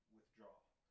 withdraw